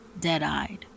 dead-eyed